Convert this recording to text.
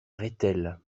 rethel